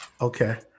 Okay